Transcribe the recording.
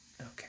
Okay